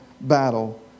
battle